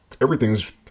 everything's